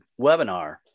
Webinar